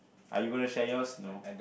are you gonna share yours no